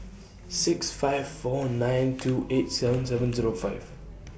six five four nine two eight seven seven Zero five